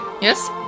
Yes